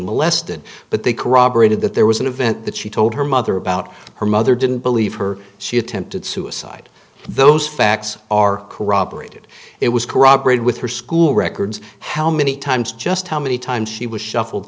molested but they corroborated that there was an event that she told her mother about her mother didn't believe her she attempted suicide those facts are corroborated it was corroborated with her school records how many times just how many times she was shuffled